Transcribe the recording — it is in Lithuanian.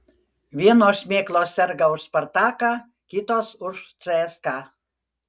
vienos šmėklos serga už spartaką kitos už cska